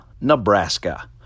Nebraska